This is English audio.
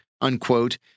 unquote